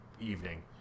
evening